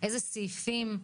איזה סעיפים,